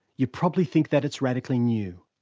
you probably think that it's radically new.